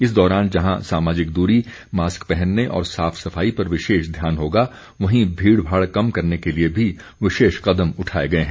इस दौरान जहां सामाजिक दूरी मास्क पहनने और साफ सफाई पर विशेष ध्यान होगा वहीं भीड़ भाड़ कम करने के लिए भी विशेष कदम उठाए गए हैं